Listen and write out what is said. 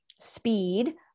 speed